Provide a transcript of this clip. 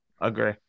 agree